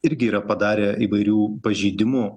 irgi yra padarę įvairių pažeidimų